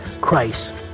Christ